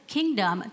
Kingdom